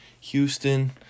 Houston